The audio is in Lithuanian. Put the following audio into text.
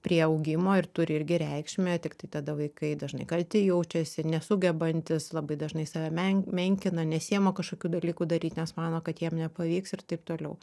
prie augimo ir turi irgi reikšmę tiktai tada vaikai dažnai kalti jaučiasi ir nesugebantys labai dažnai save men menkina nesiima kažkokių dalykų daryt nes mano kad jiem nepavyks ir taip toliau